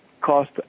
cost